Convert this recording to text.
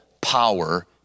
power